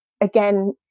again